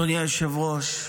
אדוני היושב-ראש,